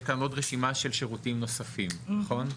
כאן עוד רשימה של שירותים נוספים נכון?